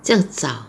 这样早